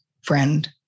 friend